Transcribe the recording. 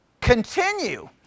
Continue